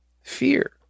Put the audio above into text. fear